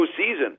postseason